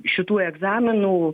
šitų egzaminų